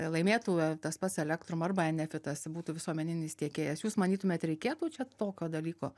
laimėtų tas pats elektrum arba enefitas būtų visuomeninis tiekėjas jūs manytumėt reikėtų čia tokio dalyko